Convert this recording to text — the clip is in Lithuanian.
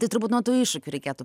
tai turbūt nuo tų iššūkių reikėtų